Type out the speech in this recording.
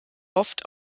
oft